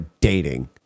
dating